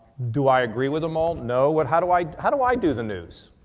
do i agree with them all? no. but how do i, how do i do the news?